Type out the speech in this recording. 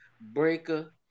Breaker